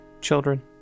children